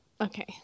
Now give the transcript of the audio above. Okay